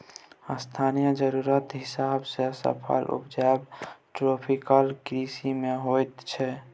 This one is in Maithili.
स्थानीय जरुरतक हिसाब सँ फसल उपजाएब ट्रोपिकल कृषि मे अबैत छै